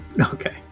Okay